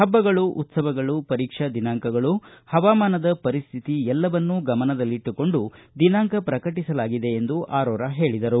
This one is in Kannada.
ಪಭ್ಗಳು ಉತ್ತವಗಳು ಪರೀಕ್ಷಾ ದಿನಾಂಕಗಳು ಹವಾಮಾನದ ಪರಿಸ್ಥಿತಿ ಎಲ್ಲವನ್ನು ಗಮನದಲ್ಟಿಟ್ಟುಕೊಂಡು ದಿನಾಂಕ ಪ್ರಕಟಿಸಲಾಗಿದೆ ಎಂದು ಅರೋರಾ ಹೇಳಿದರು